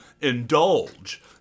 indulge